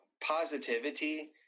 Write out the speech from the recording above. positivity